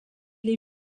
les